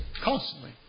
Constantly